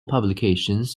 publications